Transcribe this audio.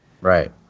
right